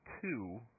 two